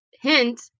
hint